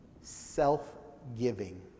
self-giving